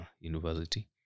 university